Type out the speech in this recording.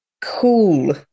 cool